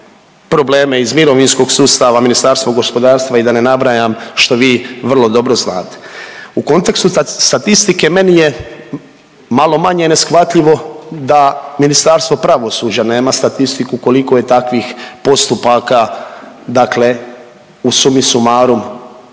probleme iz mirovinskog sustava, Ministarstvo gospodarstva i da ne nabrajam što vi vrlo dobro znate. U kontekstu statistike meni je malo manje neshvatljivo da Ministarstvo pravosuđa nema statistiku koliko je takvih postupaka, dakle u sumi sumarum